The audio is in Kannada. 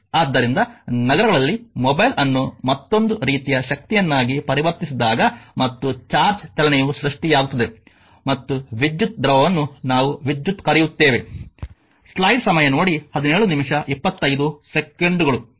ಆದ್ದರಿಂದ ನಗರಗಳಲ್ಲಿ ಮೊಬೈಲ್ ಅನ್ನು ಮತ್ತೊಂದು ರೀತಿಯ ಶಕ್ತಿಯನ್ನಾಗಿ ಪರಿವರ್ತಿಸಿದಾಗ ಮತ್ತು ಚಾರ್ಜ್ ಚಲನೆಯು ಸೃಷ್ಟಿಯಾಗುತ್ತದೆ ಮತ್ತು ವಿದ್ಯುತ್ ದ್ರವವನ್ನು ನಾವು ವಿದ್ಯುತ್ ಕರೆಯುತ್ತೇವೆ